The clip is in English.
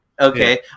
Okay